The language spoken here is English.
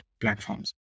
platforms